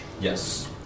Yes